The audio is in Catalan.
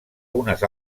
unes